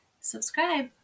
subscribe